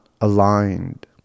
aligned